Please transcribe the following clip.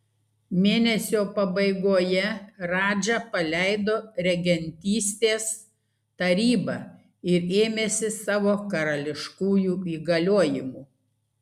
mėnesio pabaigoje radža paleido regentystės tarybą ir ėmėsi savo karališkųjų įgaliojimų